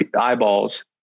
eyeballs